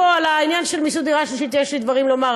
לעניין של מיסוי על דירה שלישית יש לי דברים לומר,